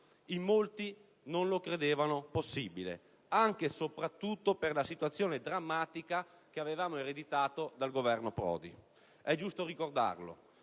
In molti non lo credevano possibile, anche e soprattutto per la situazione drammatica ereditata dal Governo Prodi. È giusto ricordarlo: